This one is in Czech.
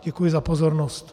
Děkuji za pozornost.